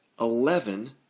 eleven